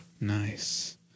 Nice